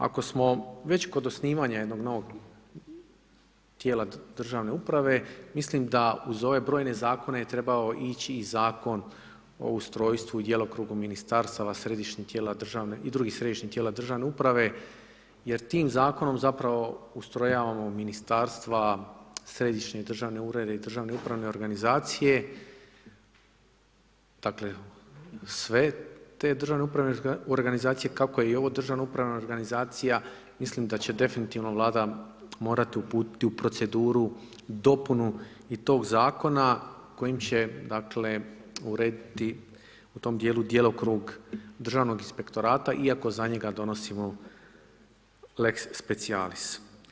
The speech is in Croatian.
Ako smo već kod osnivanja jednog novog tijela državne uprave, mislim da uz ove brojne zakone je trebao ići i Zakon o ustrojstvu i djelokrugu ministarstava središnjeg tijela državne, i drugih središnjih tijela državne uprave, jer tim zakonom zapravo ustrojavamo ministarstva, središnje državne urede i državne upravne organizacije, dakle, sve te državne organizacije, kako i ovu državna upravna organizacija, mislim da će definitivno vlada morati uputiti u proceduru dopunu i tog zakona, kojim će dakle, urediti u tom dijelu djelokrug državnog inspektorata iako za njega donosimo lex sepcijalis.